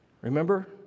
remember